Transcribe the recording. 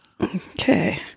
Okay